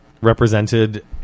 represented